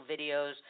videos